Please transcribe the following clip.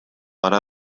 ara